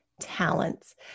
talents